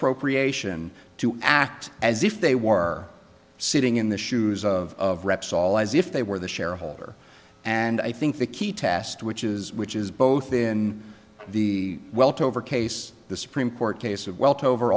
expropriation to act as if they were sitting in the shoes of repsol as if they were the shareholder and i think the key test which is which is both in the wealth over case the supreme court case of well to over